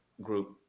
group